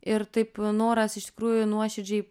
ir taip noras iš tikrųjų nuoširdžiai